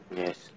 yes